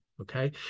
Okay